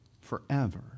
forever